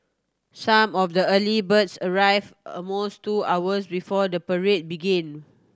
some of the early birds arrived almost two hours before the parade began